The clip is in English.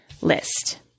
list